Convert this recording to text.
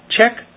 Check